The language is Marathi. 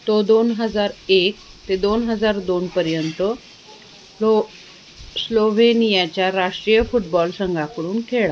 तो दोन हजार एक ते दोन हजार दोनपर्यंत लो स्लोवेनियाच्या राष्ट्रीय फुटबॉल संघाकडून खेळ